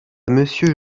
monsieur